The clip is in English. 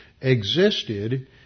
existed